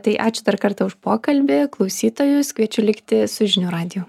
tai ačiū dar kartą už pokalbį klausytojus kviečiu likti su žinių radiju